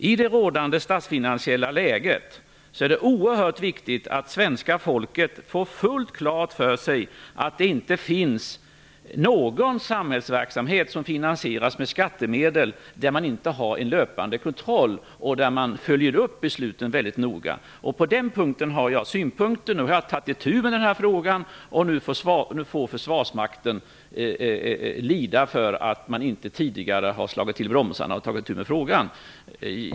I det rådande statsfinansiella läget är det oerhört viktigt att svenska folket får fullt klart för sig att det inte finns någon samhällsverksamhet som finansieras med skattemedel där man inte har en löpande kontroll och inte följer upp besluten väldigt noga. På den punkten har jag synpunkter. Jag har tagit itu med den här frågan, och nu får försvarsmakten lida för att man inte tidigare har slagit till bromsarna.